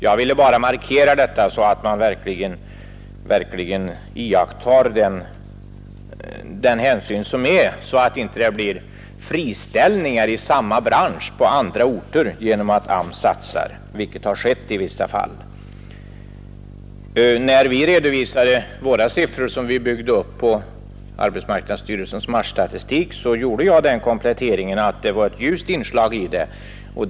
Jag ville bara markera detta så att man verkligen tar den hänsyn som krävs för att det inte skall bli friställningar i samma bransch på andra orter genom de satsningar som AMS gör, vilket har skett i vissa fall. När vi redovisade de siffror som vi byggt upp på arbetsmarknadsstyrelsens marsstatistik gjorde jag den kompletteringen att det fanns ett ljust inslag i den statistiken.